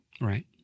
Right